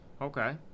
Okay